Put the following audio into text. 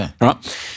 right